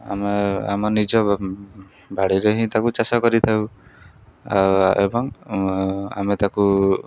ଆମେ ଆମ ନିଜ ବାଡ଼ିରେ ହିଁ ତାକୁ ଚାଷ କରିଥାଉ ଏବଂ ଆମେ ତାକୁ